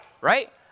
right